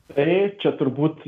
taip čia turbūt